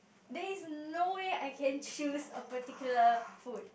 there is no way I can choose a particular food